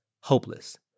hopeless